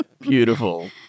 Beautiful